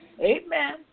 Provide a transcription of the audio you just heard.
Amen